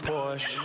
Porsche